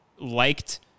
liked